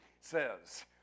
says